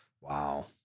wow